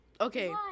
Okay